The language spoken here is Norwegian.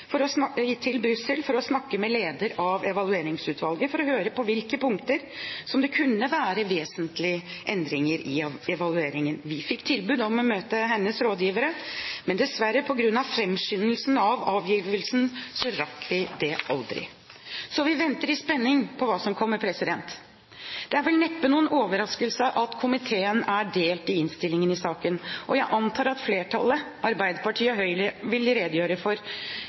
Saksordfører hadde planlagt en reise til Brussel for å snakke med lederen av Evalueringsutvalget for å høre på hvilke punkter det kunne være vesentlige endringer i evalueringen. Vi fikk tilbud om å møte hennes rådgivere, men dessverre rakk vi det aldri på grunn av framskyndelsen av avgivelsen. Så vi venter i spenning på hva som kommer. Det er vel neppe noen overraskelse at komiteen er delt i innstillingen i saken, og jeg antar at flertallet, Arbeiderpartiet og Høyre, vil redegjøre for